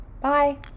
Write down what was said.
Bye